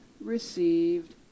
received